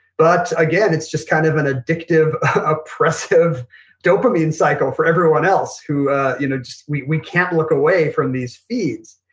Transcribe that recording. but, again, it's just kind of an addictive, oppressive dopamine cycle for everyone else who you know we we can't look away from these feeds.